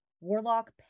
warlock